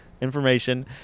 information